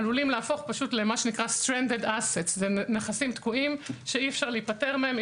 עלולים להפוך לנכסים תקועים שאי-אפשר להיפטר מהם,